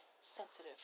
Sensitive